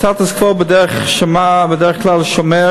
הסטטוס-קוו בדרך כלל שומר